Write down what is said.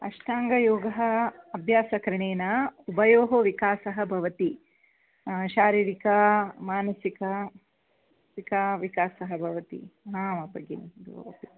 अष्टाङ्गयोगः अभ्यासकरणेन उभयोः विकासः भवति शारीरिकमानसिक विका विकासः भवति हा भगिनि